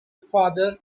father